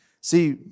See